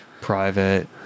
private